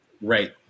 Right